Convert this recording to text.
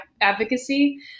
advocacy